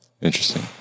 interesting